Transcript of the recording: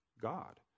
God